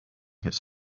his